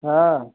हाँ